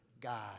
God